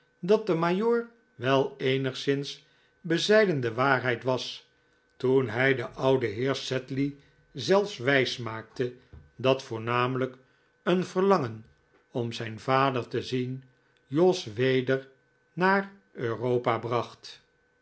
dat de majoor wel eenigszins bezijden de waarheid was toen hij den ouden heer sedley zelfs wijsmaakte dat voornamelijk een verlangen om zijn vader te zien jos weder naar europa bracht